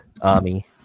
army